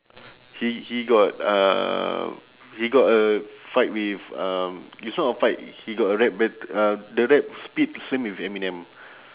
he he got uh he got a fight with um it's not a fight he got a rap ba~ uh the rap speed same with eminem